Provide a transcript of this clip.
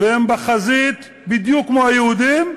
והם בחזית בדיוק כמו היהודים,